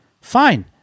Fine